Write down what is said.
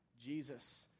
Jesus